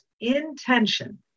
intention